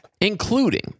Including